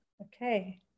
Okay